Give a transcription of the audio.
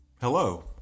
Hello